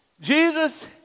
Jesus